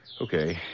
Okay